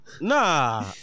Nah